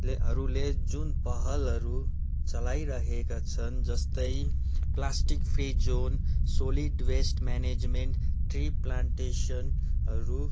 हरूले जुन पहलहरू चलाइरहेका छन् जस्तै plastic free zone solid waste management tree प्लानटेसनहरू